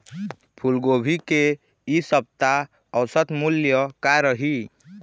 फूलगोभी के इ सप्ता औसत मूल्य का रही?